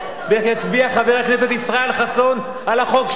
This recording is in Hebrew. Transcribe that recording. ואיך יצביע חבר הכנסת ישראל חסון על החוק שלו,